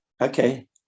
okay